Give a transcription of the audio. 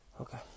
okay